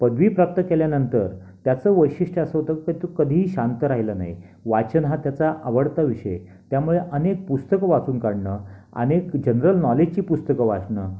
पदवी प्राप्त केल्यानंतर त्याचं वैशिष्ट्य असं होतं की तो कधीही शांत राहिला नाही वाचन हा त्याचा आवडता विषय त्यामुळे अनेक पुस्तकं वाचून काढणं अनेक जनरल नॉलेजची पुस्तकं वाचणं